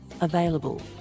available